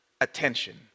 attention